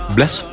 Bless